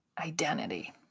identity